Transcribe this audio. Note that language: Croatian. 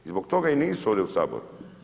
Zbog toga i nisu ovdje u Saboru.